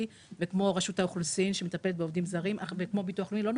וכמו רשות האוכלוסין שמפלת בעובדים זרים וכמו ביטוח לאומי.